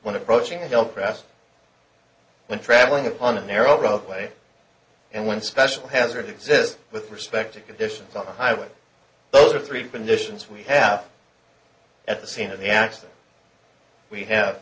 when approaching a bill press when travelling upon a narrow roadway and when special hazard exists with respect to conditions on the highway those are three conditions we have at the scene of the accident we have